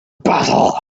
battle